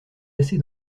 lasser